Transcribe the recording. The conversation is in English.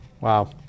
wow